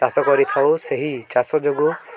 ଚାଷ କରିଥାଉ ସେହି ଚାଷ ଯୋଗୁଁ